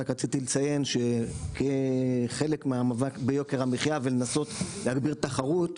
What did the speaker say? רק רציתי לציין שכחלק מהמאבק ביוקר המחייה והניסיון להגביר תחרות,